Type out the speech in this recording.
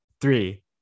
three